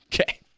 Okay